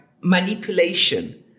manipulation